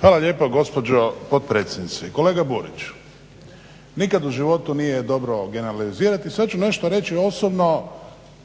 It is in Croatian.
Hvala lijepa gospođo potpredsjednice. Kolega Buriću, nikad u životu nije dobro generalizirati. Sad ću nešto reći osobno